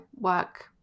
work